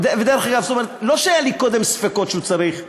ודרך אגב, לא שהיו לי קודם ספקות שהוא צריך ללכת,